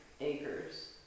acres